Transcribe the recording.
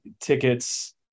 tickets